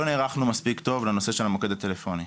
לא נערכנו מספיק טוב לנושא של המוקד הטלפוני.